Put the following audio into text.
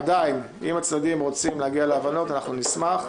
עדיין, אם הצדדים רוצים להגיע להבנות, אנחנו נשמח.